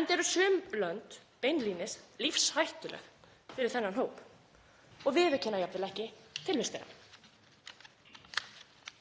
enda eru sum lönd beinlínis lífshættuleg fyrir þennan hóp og viðurkenna jafnvel ekki tilvist